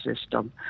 system